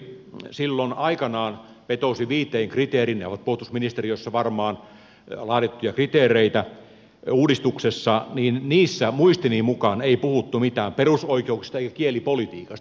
kun ministeri silloin aikanaan vetosi viiteen kriteeriin ne ovat varmaan puolustusministeriössä laadittuja kriteereitä uudistuksessa niin niissä muistini mukaan ei puhuttu mitään perusoikeuksista eikä kielipolitiikasta